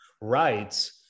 rights